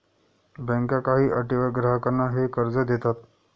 बँका काही अटींवर ग्राहकांना हे कर्ज देतात